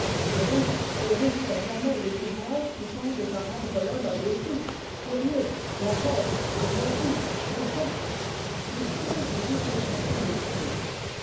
périssent périssent à jamais les ouvrages qui tendent à rendre l'homme abruti furieux pervers corrompu méchant mais pouvez vous empêcher qu'on écrive